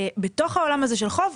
בתוך העולם הזה של חוב,